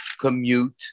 commute